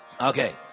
Okay